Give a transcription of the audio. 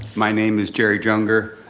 my name is jerry junger,